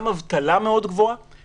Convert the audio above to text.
גם אבטלה גבוהה מאוד,